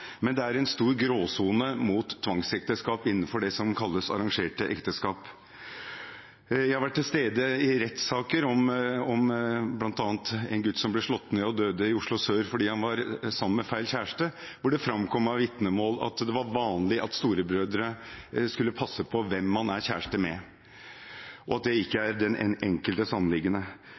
kalles arrangerte ekteskap. Jeg har vært til stede i rettssaker, bl.a. om en gutt som ble slått ned og døde i Oslo sør fordi han var sammen med feil kjæreste, hvor det framkom av vitnemål at det var vanlig at storebrødre skulle passe på hvem man er kjæreste med, og at det ikke er den